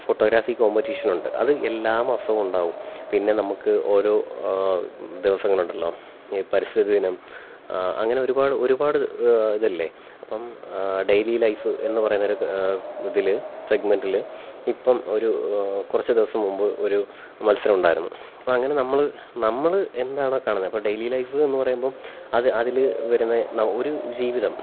photography competition ഉണ്ട് അത് എല്ലാ മാസവും ഉണ്ടാവും പിന്നെ നമുക്ക് ഓരോ ദിവസങ്ങൾ ഉണ്ടല്ലോ ഈ പരിസ്ഥിതി ദിനം അങ്ങനെ ഒരുപാട് ഒരുപാട് ഇതില്ലേ അപ്പോൾ ഡെയിലി ലൈഫ് എന്ന് പറയുന്ന ഇതിൽ സെഗ്മെന്റിൽ ഇപ്പം ഒരു കുറച്ച് ദിവസം മുമ്പ് ഒരു മത്സരം ഉണ്ടായിരുന്നു അപ്പോൾ അങ്ങനെ നമ്മൾ നമ്മൾ എന്താണ് ആ കാണുന്നത് അപ്പോൾ ഡെയിലി ലൈഫ് എന്ന് പറയുമ്പം അത് അതിൽ വരുന്നത് ഒരു ഒരു ജീവിതം